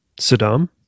Saddam